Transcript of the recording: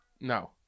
No